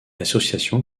association